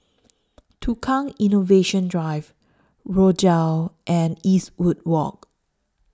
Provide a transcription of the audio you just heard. Tukang Innovation Drive Rochdale and Eastwood Walk